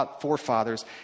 forefathers